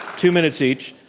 two minutes each,